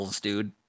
dude